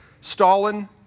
Stalin